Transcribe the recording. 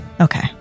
Okay